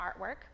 artwork